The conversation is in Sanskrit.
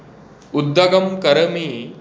उद्दगं करमि